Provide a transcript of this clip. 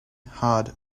hard